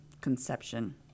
conception